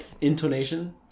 intonation